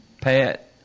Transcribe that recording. Pat